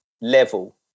level